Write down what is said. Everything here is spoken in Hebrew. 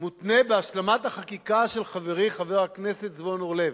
השלמת החקיקה של חברי חבר הכנסת זבולון אורלב.